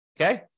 Okay